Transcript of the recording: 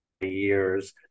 years